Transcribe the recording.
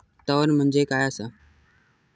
वातावरण म्हणजे काय असा?